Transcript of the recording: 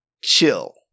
Chill